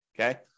okay